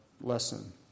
lesson